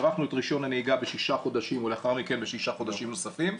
הארכנו את רישיון הנהיגה בשישה חודשים ולאחר מכן בשישה חודשים נוספים.